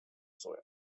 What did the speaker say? soil